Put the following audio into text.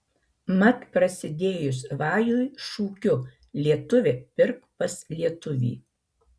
mat prasidėjus vajui šūkiu lietuvi pirk pas lietuvį